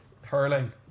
Hurling